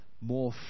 more